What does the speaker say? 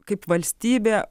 kaip valstybė